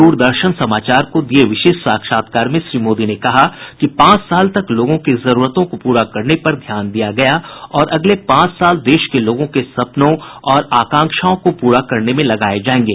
दूरदर्शन समाचार को दिये विशेष साक्षात्कार में श्री मोदी ने कहा कि पांच साल तक लोगों की जरूरतों को पूरा करने पर ध्यान दिया गया और अगले पांच साल देश के लोगों के सपनों और आकांक्षाओं को पूरा करने में लगाये जाएंगे